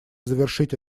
завершить